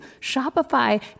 Shopify